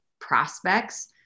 prospects